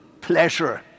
pleasure